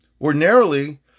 ordinarily